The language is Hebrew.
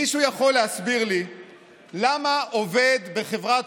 מישהו יכול להסביר לי למה עובד בחברת